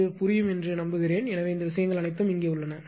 இது புரியும் என்று நம்புகிறேன் எனவே இந்த விஷயங்கள் அனைத்தும் இங்கே உள்ளன